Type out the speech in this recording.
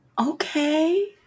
Okay